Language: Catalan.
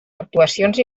actuacions